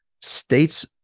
states-